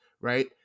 right